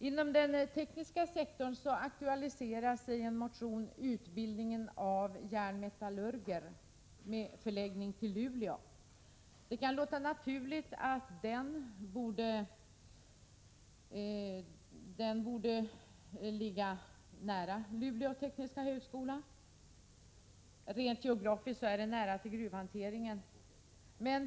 Inom den tekniska sektorn aktualiseras i en motion utbildningen av järnmetallurger, med förläggning till Luleå. Det kan låta naturligt att den borde finnas vid Luleå tekniska högskola — rent geografiskt är det nära till gruvhanteringen.